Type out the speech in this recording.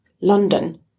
London